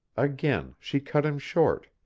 again she cut him short.